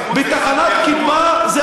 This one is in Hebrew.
מה אתה מקשקש?